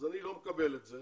אז אני לא מקבל את זה.